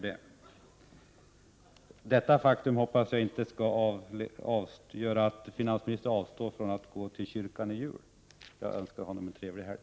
Men detta faktum hoppas jag inte gör att finansministern avstår från att gå till kyrkan i jul. Jag önskar honom en trevlig helg.